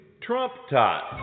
Trump-tot